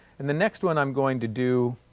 and the next one i'm going to do,